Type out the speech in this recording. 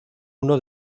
uno